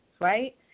right